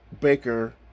Baker